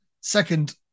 Second